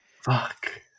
Fuck